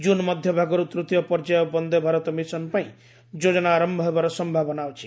June ମଧ୍ୟଭାଗରୁ ତୃତୀୟ ପର୍ଯ୍ୟାୟ ବନ୍ଦେ ଭାରତ ମିଶନ୍ ପାଇଁ ଯୋଜନା ଆରମ୍ଭ ହେବାର ସମ୍ଭାବନା ଅଛି